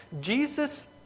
Jesus